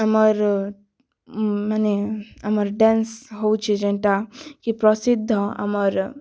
ଆମର୍ ମାନେ ଆମର୍ ଡେନ୍ସ୍ ହେଉଛେ ଯେନ୍ଟା ଇ ପ୍ରସିଦ୍ଧ ଆମର୍